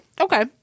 Okay